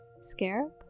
scarab